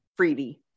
Freebie